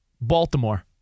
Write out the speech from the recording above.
Baltimore